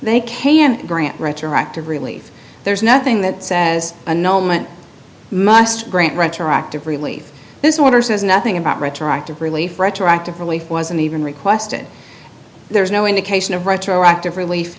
they can grant retroactive relief there's nothing that says an omen must grant retroactive relief this order says nothing about retroactive relief retroactive relief wasn't even requested there's no indication of retroactive relief